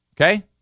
okay